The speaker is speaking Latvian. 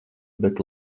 bet